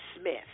Smith